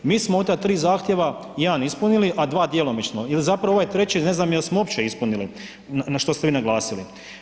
Mi smo od ta tri zahtjeva jedan ispunili a dva djelomično jer zapravo ovaj treći ne znam jel smo uopće ispunili na što ste vi naglasili.